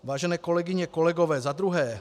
Vážené kolegyně, kolegové, za druhé.